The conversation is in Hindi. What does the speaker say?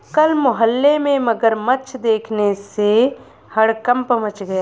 कल मोहल्ले में मगरमच्छ देखने से हड़कंप मच गया